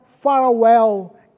farewell